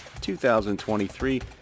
2023